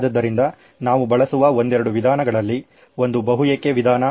ಆದ್ದರಿಂದ ನಾವು ಬಳಸುವ ಒಂದೆರಡು ವಿಧಾನಗಳಲ್ಲಿ ಒಂದು ಬಹು ಏಕೆ ವಿಧಾನ